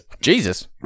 Jesus